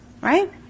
right